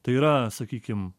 tai yra sakykim